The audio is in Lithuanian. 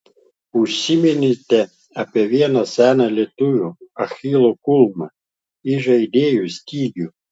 užsiminėte apie vieną seną lietuvių achilo kulną įžaidėjų stygių